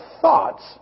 thoughts